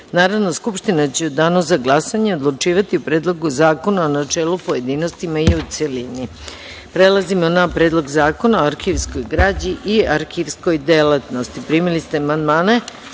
Narodna skupština će u danu za glasanje će odlučivati o Predlogu zakona u načelu, pojedinostima i u celini. Prelazimo na Predlog zakona o arhivskoj građi i arhivskoj delatnosti. Primili ste amandmane